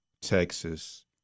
Texas